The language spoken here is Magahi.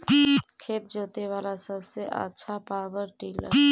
खेत जोते बाला सबसे आछा पॉवर टिलर?